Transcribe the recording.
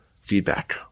feedback